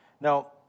Now